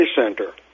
Center